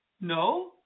No